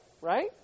right